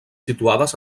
situades